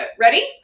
Ready